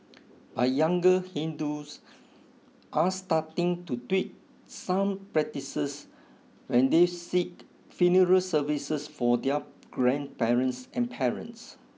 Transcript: but younger Hindus are starting to tweak some practices when they seek funeral services for their grandparents and parents